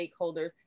stakeholders